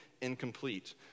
incomplete